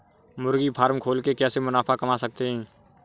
मुर्गी फार्म खोल के कैसे मुनाफा कमा सकते हैं?